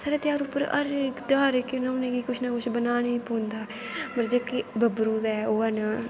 साढ़े तेहार उप्पर हर इक तेहार जेह्के न उ'नें गी कुछ न कुछ बनाने गै पौंदा ऐ पर जेह्के बबरू ते ओह् है न